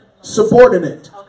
Subordinate